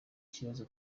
kibazo